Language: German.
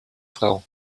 frau